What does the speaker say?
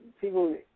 people